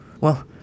Well